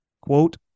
quote